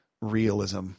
realism